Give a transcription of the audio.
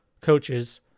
coaches